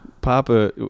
Papa